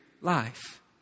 life